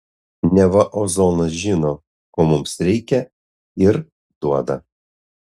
neva ozonas žino ko mums reikia ir duoda